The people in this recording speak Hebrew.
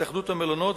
התאחדות המלונות,